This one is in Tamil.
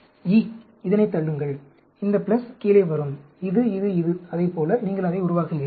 E இதனைத் தள்ளுங்கள் இந்த கீழே வரும் இது இது இது அதைப் போல நீங்கள் அதை உருவாக்குகிறீர்கள்